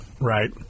Right